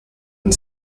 and